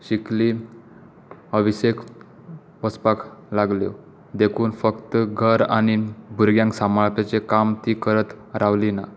शिकलीं सर्वीसेक वचपाक लागल्यो देखून फक्त घर आनी भुरग्यांक सांबाळपाचें काम तीं करत रावलीं ना